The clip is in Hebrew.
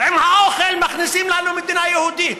עם האוכל מכניסים לנו מדינה יהודית.